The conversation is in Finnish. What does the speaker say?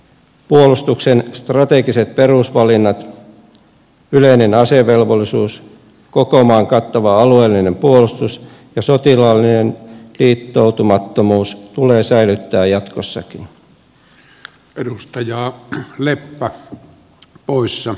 puolustuksen strategiset perusvalinnat yleinen asevelvollisuus koko maan kattava alueellinen puolustus ja sotilaallinen liittoutumattomuus tulee säilyttää jatkossakin